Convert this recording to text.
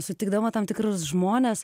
sutikdama tam tikrus žmones